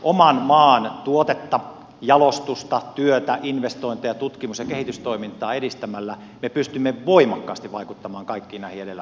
oman maan tuotetta jalostusta työtä investointeja tutkimus ja kehitystoimintaa edistämällä me pystymme voimakkaasti vaikuttamaan kaikkiin näihin edellä mainittuihin